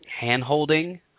hand-holding